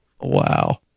wow